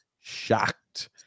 Shocked